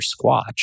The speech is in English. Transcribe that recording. Squatch